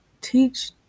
teach